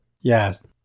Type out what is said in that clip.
Yes